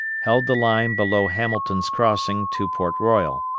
held the line below hamilton's crossing to port royal.